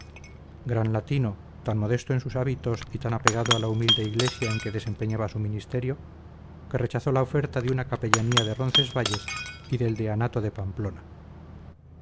gran latino tan modesto en sus hábitos y tan apegado a la humilde iglesia en que desempeñaba su ministerio que rechazó la oferta de una capellanía de roncesvalles y del deanato de pamplona